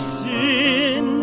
sin